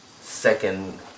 second